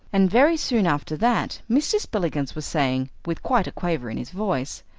and very soon after that mr. spillikins was saying, with quite a quaver in his voice,